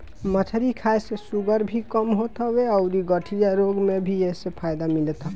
मछरी खाए से शुगर भी कम होत हवे अउरी गठिया रोग में भी एसे फायदा मिलत हवे